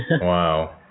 Wow